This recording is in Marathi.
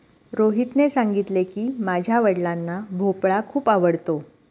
रोहितने सांगितले की, माझ्या वडिलांना भोपळा खूप आवडतो